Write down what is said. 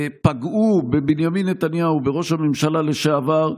פגעו בבנימין נתניהו, בראש הממשלה לשעבר,